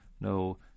no